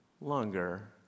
longer